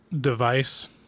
device